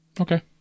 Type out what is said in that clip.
Okay